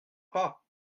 pas